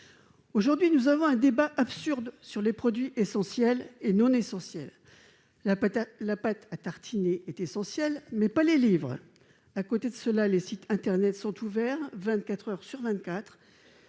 Aujourd'hui, nous avons un débat absurde sur les produits essentiels et non essentiels. La pâte à tartiner est essentielle, pas les livres ! À côté de cela, les sites internet sont ouverts vingt-quatre